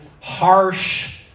harsh